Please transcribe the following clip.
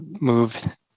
move